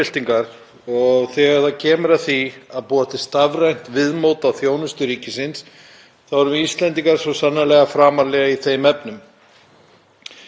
Það er hins vegar mikill misskilningur að hið stafræna viðmót bæti þá þjónustu sem veitt er, flýti málsmeðferð eða auki skilvirkni.